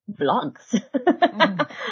vlogs